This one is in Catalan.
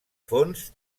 fons